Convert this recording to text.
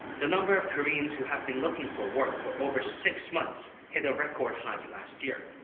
the number of koreans who have been looking for work for over six months. hit a record high last year.